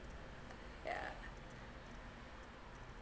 yeah